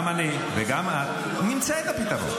גם אני וגם את נמצא את הפתרון.